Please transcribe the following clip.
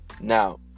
Now